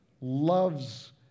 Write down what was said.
loves